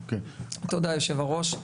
תודה יושב הראש.